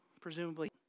presumably